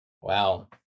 Wow